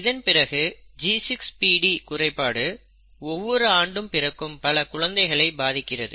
இதன்பிறகு G6PD குறைபாடு ஒவ்வொரு ஆண்டும் பிறக்கும் பல குழந்தைகளை பாதிக்கிறது